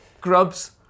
Grubs